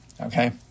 Okay